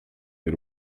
des